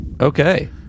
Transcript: Okay